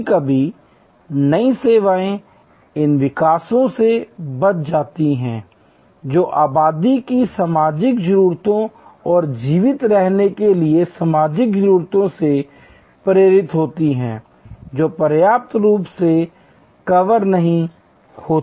कभी कभी नई सेवाएं इन विकासों से बच जाती हैं जो आबादी की सामाजिक जरूरतों और जीवित रहने के लिए सामाजिक जरूरतों से प्रेरित होती हैं जो पर्याप्त रूप से कवर नहीं होती हैं